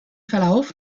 verlauf